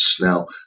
Now